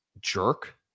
jerk